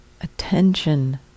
attention